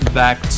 back